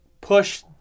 push